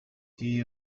die